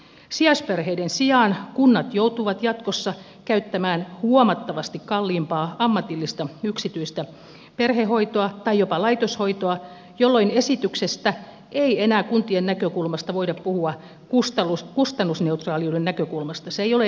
sijaisperheiden sijaan kunnat joutuvat jatkossa käyttämään huomattavasti kalliimpaa ammatillista yksityistä perhehoitoa tai jopa laitoshoitoa jolloin esityksestä ei enää kuntien näkökulmasta voida puhua kustannusneutraaliuden näkökulmasta se ei ole enää kustannusneutraali